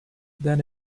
then